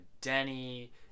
denny